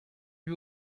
lui